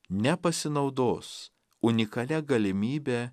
nepasinaudos unikalia galimybe